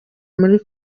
muri